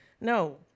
No